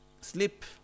sleep